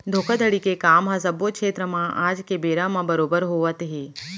धोखाघड़ी के काम ह सब्बो छेत्र म आज के बेरा म बरोबर होवत हे